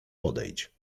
podejdź